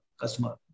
customer